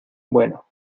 bueno